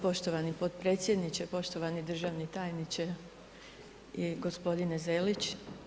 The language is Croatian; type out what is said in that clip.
Poštovan potpredsjedniče, poštovani državni tajniče i gospodine Zelić.